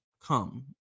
come